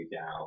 down